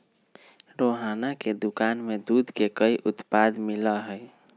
रोहना के दुकान में दूध के कई उत्पाद मिला हई